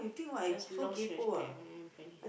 just lost respect for everybody